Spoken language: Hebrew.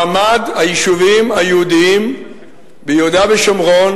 מעמד היישובים היהודיים ביהודה ושומרון,